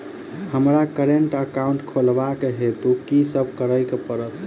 हमरा current account खोलेवाक हेतु की सब करऽ पड़त?